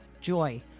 joy